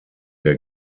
der